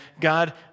God